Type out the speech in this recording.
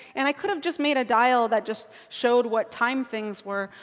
and i could have just made a dial that just showed what time things were.